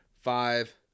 five